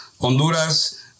Honduras